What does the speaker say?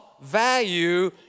value